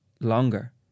longer